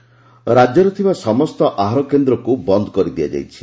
ଆହାର କରୋନା ରାକ୍ୟରେ ଥିବା ସମସ୍ତ ଆହାର କେନ୍ଦ୍ରକୁ ବନ୍ଦ କରିଦିଆଯାଇଛି